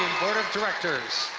boardof directors.